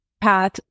Path